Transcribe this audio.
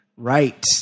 Right